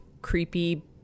creepy